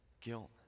guilt